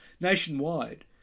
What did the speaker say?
Nationwide